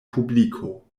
publiko